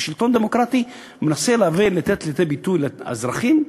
ושלטון דמוקרטי מנסה לתת ביטוי לאזרחים,